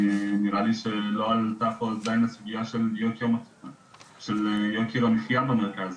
נראה לי שלא עלתה פה עדיין הסוגייה של עלויות המחייה במרכז.